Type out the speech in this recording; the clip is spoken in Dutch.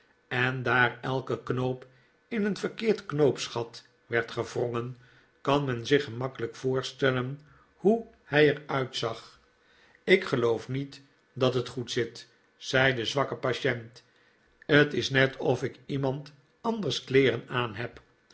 en daar elke knoop in een verkeerd knoop sgat werd gewrongen kan men zich gemakkelijk voorstellen hoe hij er uitzag ik geloof niet dat het goed zit zei de zwakke patient het is net of ik iemand anders kleeren aanheb